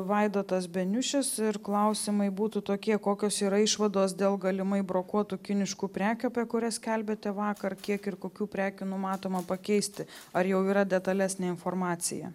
vaidotas beniušis ir klausimai būtų tokie kokios yra išvados dėl galimai brokuotų kiniškų prekių apie kurias skelbėte vakar kiek ir kokių prekių numatoma pakeisti ar jau yra detalesnė informacija